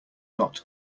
not